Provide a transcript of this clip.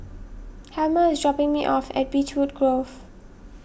Helmer is dropping me off at Beechwood Grove